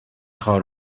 خواهر